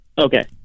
Okay